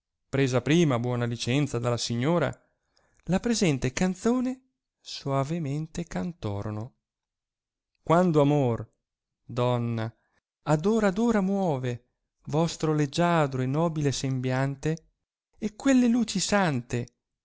presa prima buona licenza dalla signora la presente canzone soavemente cantorono quando amor donna ad ora ad ora muove vostro leggiadro e nobile sembiante e quelle luci sante